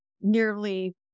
nearly